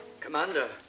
Commander